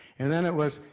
and then it was,